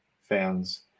fans